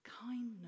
kindness